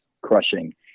crushing